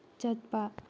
ꯆꯠꯄ